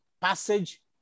passage